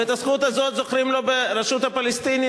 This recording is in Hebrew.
ואת הזכות הזאת זוכרים לו ברשות הפלסטינית,